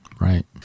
right